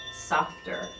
softer